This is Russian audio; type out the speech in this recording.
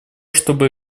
чтобы